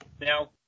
Now